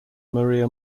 maria